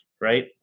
right